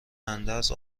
اندرز